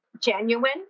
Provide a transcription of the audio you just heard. genuine